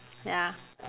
ya